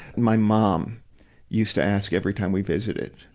my mom used to ask, every time we visited,